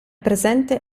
presente